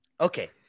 Okay